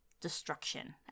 Destruction